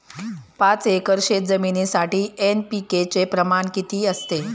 पाच एकर शेतजमिनीसाठी एन.पी.के चे प्रमाण किती असते?